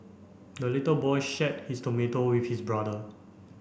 the little boy shared his tomato with his brother